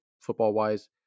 football-wise